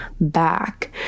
back